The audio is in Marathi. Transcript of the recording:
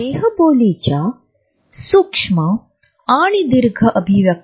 द हिडन डायमेंशन म्हणजे खरं तर असेपरिमाण ज्याबद्दल विशेषतः कधीच बोलले जात नाही